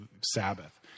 Sabbath